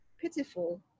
pitiful